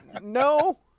no